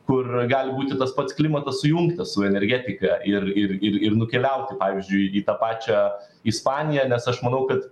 kur gali būti tas pats klimatas sujungtas su energetika ir ir ir nukeliauti pavyzdžiui į tą pačią ispaniją nes aš manau kad